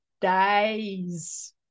days